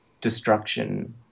destruction